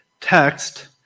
text